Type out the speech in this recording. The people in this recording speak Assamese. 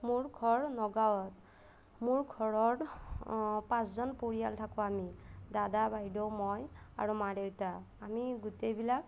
মোৰ ঘৰ নগাঁৱত মোৰ ঘৰৰ পাঁচজন পৰিয়াল থাকোঁ আমি দাদা বাইদেউ মই আৰু মা দেউতা আমি গোটেইবিলাক